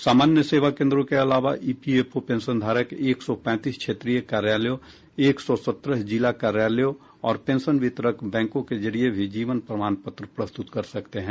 सामान्य सेवा केंद्रों के अलावा ईपीएफओ पेंशनधारक एक सौ पैंतीस क्षेत्रीय कार्यालयों एक सौ सत्रन जिला कार्यालयों और पेंशन वितरक बैंकों के जरिए भी जीवन प्रमाण पत्र प्रस्तुत कर सकते हैं